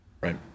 Right